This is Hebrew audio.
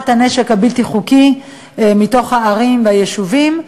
הנשק הבלתי-חוקי מתוך הערים והיישובים.